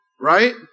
Right